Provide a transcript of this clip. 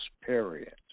Period